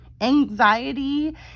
Anxiety